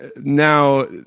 now